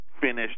finished